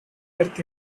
earth